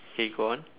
K go on